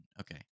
okay